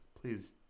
please